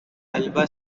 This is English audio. alba